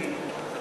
עדותיהם.